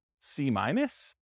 C-minus